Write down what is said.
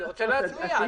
אני רוצה להצביע.